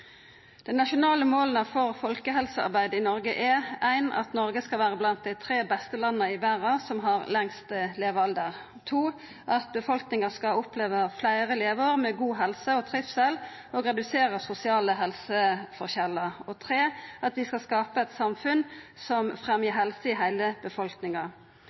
Dei nasjonale måla for folkehelsearbeid i Noreg er at Noreg skal vera blant dei tre beste landa i verda som har lengst levealder, at befolkninga skal oppleva fleire leveår med god helse og trivsel og reduserte sosiale helseforskjellar, og at vi skal skapa eit samfunn som fremjar helse i heile befolkninga.